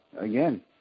again